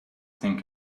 think